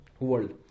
world